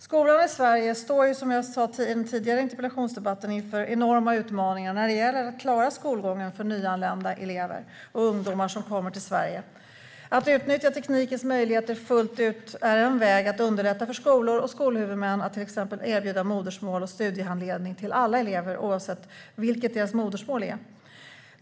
Skolan i Sverige står, som jag sa i den tidigare interpellationsdebatten, inför enorma utmaningar när det gäller att klara skolgången för nyanlända elever och ungdomar som kommer till Sverige. Att utnyttja teknikens möjligheter fullt ut är en väg att underlätta för skolor och skolhuvudmän att till exempel erbjuda modersmål och studiehandledning till alla elever, oavsett vilket deras modersmål är.